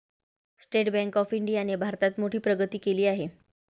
state bank of इंडियाने भारतात मोठी प्रगती केली आहे